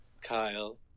Kyle